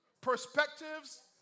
perspectives